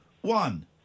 one